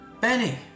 Benny